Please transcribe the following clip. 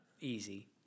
easy